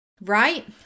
right